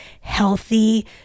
healthy